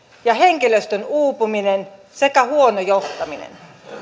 ja henkilöstön uupuminen sekä huono johtaminen